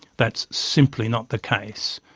that's simply not the case.